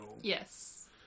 Yes